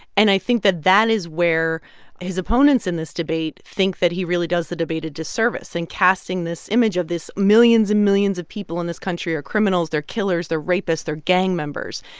and i think that that is where his opponents in this debate think that he really does the debate a disservice in and casting this image of, this millions and millions of people in this country are criminals, they're killers, they're rapists, they're gang members.